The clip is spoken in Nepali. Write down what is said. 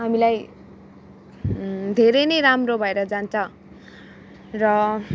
हामीलाई धेरै नै राम्रो भएर जान्छ र